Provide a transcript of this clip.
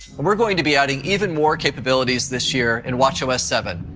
we are going to be adding even more capabilities this year in watchos seven.